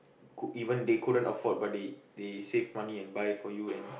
could even they couldn't afford but they they save money and buy for you and